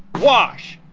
wash,